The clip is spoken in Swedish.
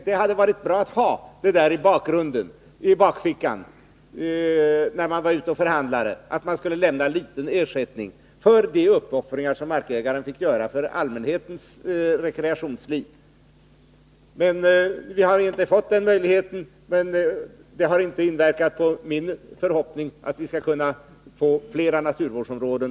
Det hade varit bra att ha en sådan möjlighet i bakfickan när man är ute och förhandlar — att man skulle kunna lämna en liten ersättning för de uppoffringar som markägaren får göra för allmänhetens rekreationsliv. Vi har inte fått den möjligheten, men det har inte inverkat på min förhoppning att vi ändå skall kunna få fler naturvårdsområden.